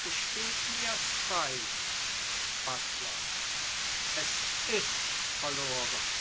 gesteht mirs frei buttler es ist verloren